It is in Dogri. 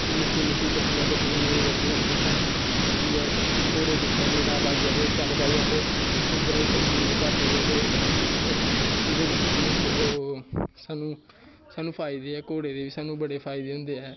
निक्की मुट्टी बड्डी बड्डी गड्डियां नेईं बड़दियां उत्थै अस घोड़े पिच्छें रेह्ड़ा पाइयै अस उद्धरे गी चली जन्नें झट्ट गै ते ओह्दे कन्नै सानू फायदे ऐ सानू घोड़े दे बी फायदे होंदे ऐ